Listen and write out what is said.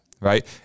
Right